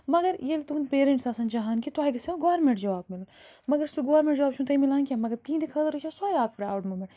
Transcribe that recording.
مگر ییٚلہِ تُہٕنٛدۍ پیرٮ۪نٛٹٕس آسان چاہان کہِ تۄہہِ گژھیو گورمٮ۪نٛٹ جاب مِلُن مگر سُہ گورمٮ۪نٛٹ جاب چھُنہٕ تۄہہِ مِلان کیٚنٛہہ مگر تِہِنٛدِ خٲطرٕ چھےٚ سۄے اَکھ پرٛاوُڈ موٗمٮ۪نٛٹ